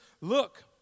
look